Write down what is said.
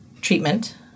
treatment